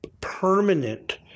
permanent